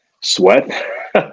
sweat